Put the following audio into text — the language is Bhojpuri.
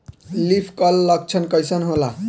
लीफ कल लक्षण कइसन होला?